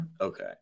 okay